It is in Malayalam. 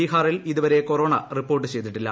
ബീഹാറിൽ ഇതുവരെ കൊറോണ റിപ്പോർട്ട് ചെയ്തിട്ടില്ല